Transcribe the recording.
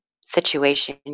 situation